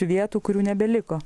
vietų kurių nebeliko